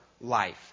life